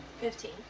Fifteen